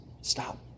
Stop